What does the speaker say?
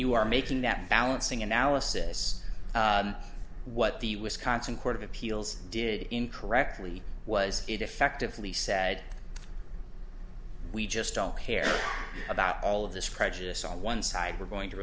you are making that balancing analysis what the wisconsin court of appeals did incorrectly was it effectively said we just don't care about all of this prejudice on one side we're going to